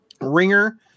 ringer